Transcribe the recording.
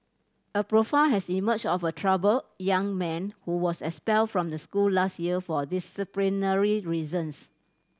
a profile has emerged of a troubled young man who was expelled from the school last year for disciplinary reasons